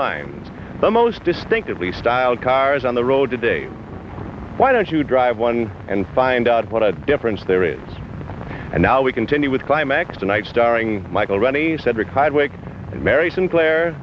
lines the most distinctively styled cars on the road today why don't you drive one and find out what i difference there is and now we continue with climax tonight starring michael rennie cedric tideway and mary sinclair